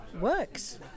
works